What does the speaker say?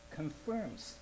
confirms